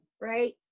right